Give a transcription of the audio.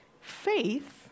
Faith